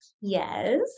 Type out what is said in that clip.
Yes